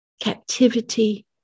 captivity